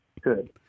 Good